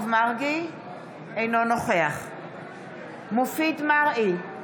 אינו נוכח מופיד מרעי,